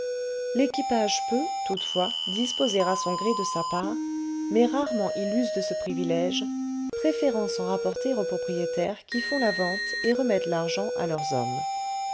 l'équipage peut toutefois disposer à son gré de sa part mais rarement il use de ce privilège préférant s'en rapporter aux propriétaires qui font la vente et remettent l'argent à leurs hommes